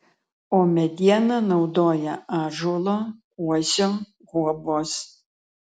o medieną naudoja ąžuolo uosio guobos